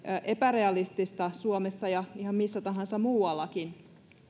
epärealistista suomessa ja ihan missä tahansa muuallakin